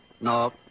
No